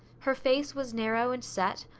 her face was narrow and set,